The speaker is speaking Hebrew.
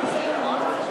התשע"ג 2013, נתקבלה.